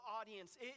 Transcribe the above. audience